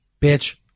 Bitch